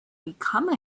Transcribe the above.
become